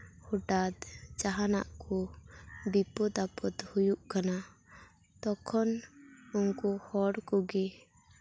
ᱦᱚᱴᱟᱛ ᱡᱟᱦᱟᱸ ᱱᱟᱜ ᱠᱚ ᱵᱤᱯᱚᱫᱼᱟᱯᱚᱫ ᱦᱩᱭᱩᱜ ᱠᱟᱱᱟ ᱛᱚᱠᱷᱚᱱ ᱩᱱᱠᱩ ᱦᱚᱲ ᱠᱚᱜᱮ